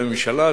הממשלה.